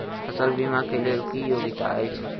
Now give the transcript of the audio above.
फसल बीमा केँ लेल की योग्यता अछि?